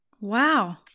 Wow